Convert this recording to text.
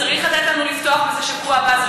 צריך לתת לנו לפתוח בזה שבוע הבא.